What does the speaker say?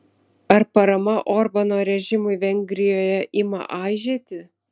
ar parama orbano režimui vengrijoje ima aižėti